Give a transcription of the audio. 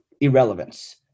irrelevance